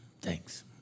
Thanks